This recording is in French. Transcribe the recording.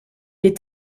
est